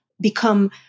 become